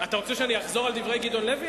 אתה רוצה שאני אחזור על דברי גדעון לוי?